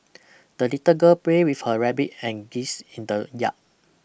the little girl pray with her rabbit and geese in the yard